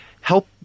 help